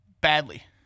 badly